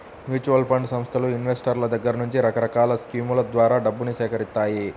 mutual fund సంస్థలు ఇన్వెస్టర్ల దగ్గర నుండి రకరకాల స్కీముల ద్వారా డబ్బును సేకరిత్తాయి